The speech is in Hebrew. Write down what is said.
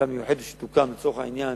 בוועדה מיוחדת שתוקם לצורך העניין.